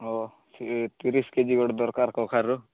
ହଁ ସେଇ ତିରିଶ କେଜି ଗୋଟେ ଦରକାର କଖାରୁ